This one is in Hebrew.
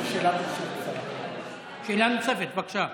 שאלה נוספת, בבקשה.